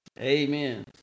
Amen